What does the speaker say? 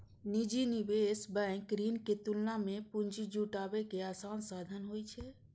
निजी निवेश बैंक ऋण के तुलना मे पूंजी जुटाबै के आसान साधन होइ छै